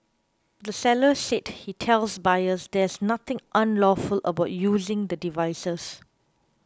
the seller said he tells buyers there's nothing unlawful about using the devices